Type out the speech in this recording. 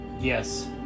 Yes